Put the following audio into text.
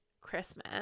christmas